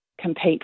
compete